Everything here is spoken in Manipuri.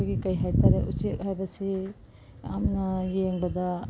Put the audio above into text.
ꯑꯩꯈꯣꯏꯒꯤ ꯀꯔꯤ ꯍꯥꯏꯇꯔꯦ ꯎꯆꯦꯛ ꯍꯥꯏꯕꯁꯤ ꯌꯥꯝꯅ ꯌꯦꯡꯕꯗ